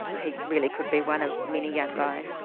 he really could be one of many young guys.